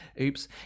Oops